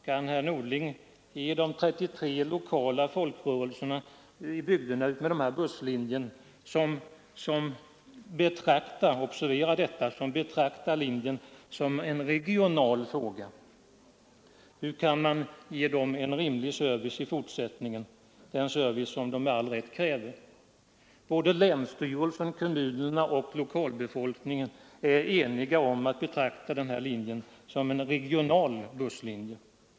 Kan herr Norling ge de 33 lokala folkrörelserna i bygderna utmed den här busslinjen en rimlig service i fortsättningen, en service som de med all rätt kräver? Länsstyrelsen, kommunerna och lokalbefolkningen är eniga om att betrakta den här linjen som en regional busslinje.